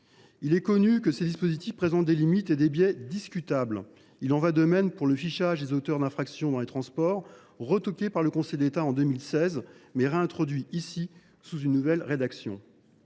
Il est connu que ces dispositifs présentent des limites et des biais discutables. Il en va de même pour le fichage des auteurs d’infraction dans les transports, retoqué par le Conseil d’État en 2016, mais réintroduit ici sous une nouvelle rédaction.